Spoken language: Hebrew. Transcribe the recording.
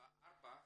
בשפתם.